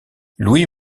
louis